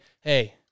hey